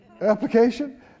application